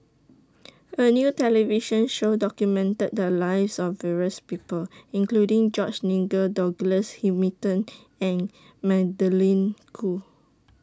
A New television Show documented The Lives of various People including George Nigel Douglas Hamilton and Magdalene Khoo